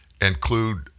include